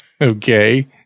Okay